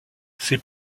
ses